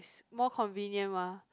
more convenient mah